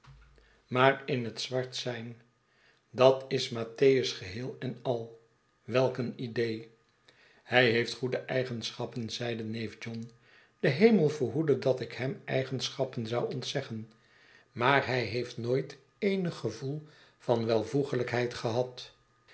maar in het zwart zijn dat is mattheus geheel en al welk een idee hij heeft goede eigenschappen zeide neef john de hemel verhoede dat ik hem eigenschappen zou ontzeggen maar hij heeft nooit eenig gevoel van welvoeglijkheid gehad